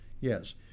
Yes